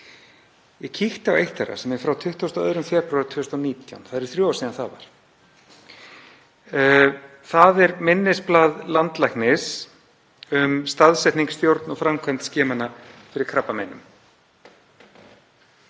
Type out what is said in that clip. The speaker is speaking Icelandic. Ég kíkti á eitt þeirra sem er frá 22. febrúar 2019. Það eru þrjú ár síðan það var. Það er minnisblað landlæknis um staðsetningu, stjórn og framkvæmd skimana fyrir krabbameinum.